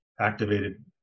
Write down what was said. activated